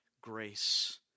grace